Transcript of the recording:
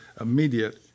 immediate